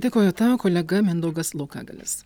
dėkoju tau kolega mindaugas laukagalis